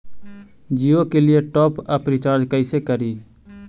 जियो के लिए top up recharge कैसे करी?